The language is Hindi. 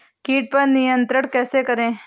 कीट पर नियंत्रण कैसे करें?